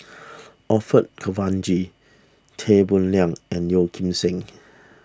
Orfeur Cavenagh Tan Boo Liat and Yeo Kim Seng